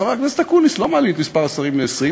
חבר הכנסת אקוניס, לא מעלים את מספר השרים ל-20.